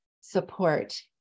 support